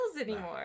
anymore